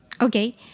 okay